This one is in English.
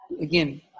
again